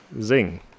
Zing